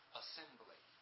assembly